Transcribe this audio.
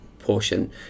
portion